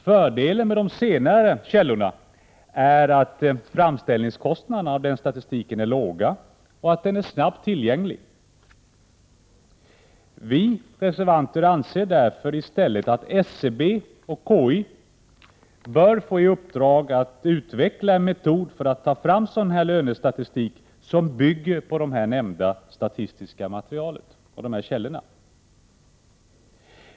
Fördelen med de senare källorna är att framställningskostnaderna för statistiken är låga och att den är snabbt tillgänglig. Vi reservanter anser därför i stället att SCB och KI bör få i uppdrag att utveckla en metod för att ta fram lönestatistik som bygger på de här nämnda statistiska materialen och källorna.